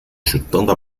chutando